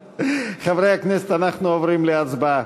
חברי הכנסת, אנחנו עוברים להצבעה.